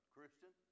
Christian